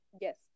Yes